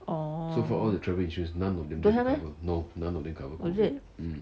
orh don't have meh oh is it